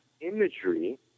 imagery